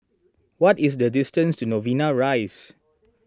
what is the distance to Novena Rise